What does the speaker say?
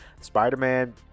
spider-man